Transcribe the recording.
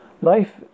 life